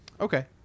Okay